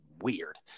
weird